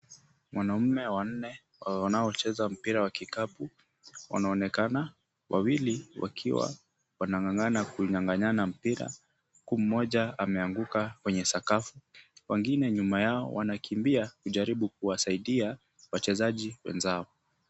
Wanaume wanne wanaocheza mpira wa kikapu wanaonekana, wawili wakiwa wanang'ang'ana kunyang'anyana mpira, huku mmoja ameanguka kwenye sakafu. Wengine nyuma yao wanakimbia kujaribu kuwasaidia wachezaji wenzao.